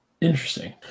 Interesting